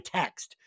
text